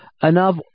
enough